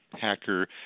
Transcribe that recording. hacker